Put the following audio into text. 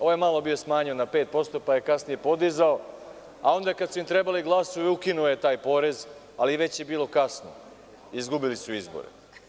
Ovaj je bio malo smanjio na 5%, pa je kasnije podizao, a onda kada su im trebali glasovi ukinuo je taj porez, ali već je bilo kasno, izgubili su izbore.